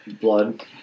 blood